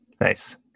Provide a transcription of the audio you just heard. Nice